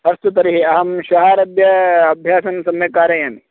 अस्तु तर्हि अहं श्वहारभ्य अभ्यासं सम्यक् कारयामि